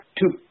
two